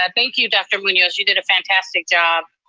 ah thank you, dr. munoz, you did a fantastic job.